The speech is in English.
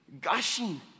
Gushing